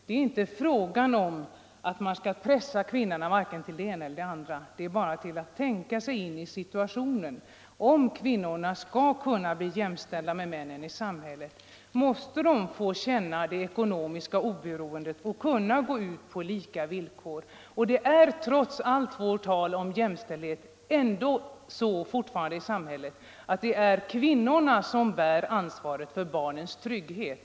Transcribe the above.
Det är inte fråga om att man skall pressa kvinnorna till vare sig det ena eller det andra — det räcker att tänka sig in i situationen. Om kvinnorna skall kunna bli jämställda med männen i samhället måste de bli ekonomiskt oberoende och kunna delta på lika villkor i arbetsliv och politiskt arbete. Det är trots allt vårt tal om jämställdhet ändå så fortfarande i samhället att det är kvinnorna som bär ansvaret för barnens trygghet.